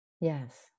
Yes